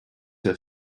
her